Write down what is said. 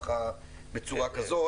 בצורה כזאת,